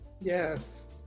Yes